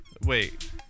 Wait